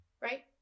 right